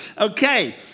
Okay